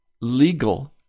legal